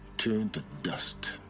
turned to dust.